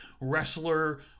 wrestler